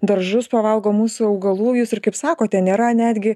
daržus pavalgo mūsų augalų jūs ir kaip sakote nėra netgi